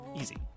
Easy